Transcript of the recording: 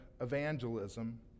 evangelism